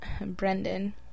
Brendan